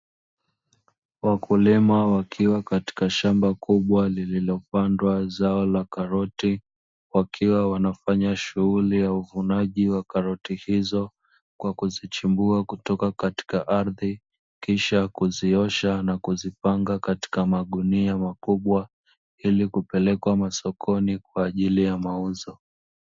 Wakulima wakiwa katika shamba kubwa lililopandwa zao la karoti, wakiwa wanafanya shughuli ya uvunaji wa karoti hizo, kwa kuzichimbua kutoka katika ardhi, kisha kuziosha na kuzipanga katika magunia makubwa, ili kupelekwa masokoni kwa ajili ya mauzo.